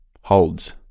holds